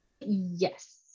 Yes